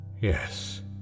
Yes